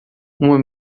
uma